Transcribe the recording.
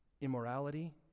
immorality